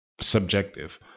subjective